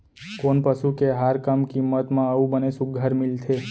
कोन पसु के आहार कम किम्मत म अऊ बने सुघ्घर मिलथे?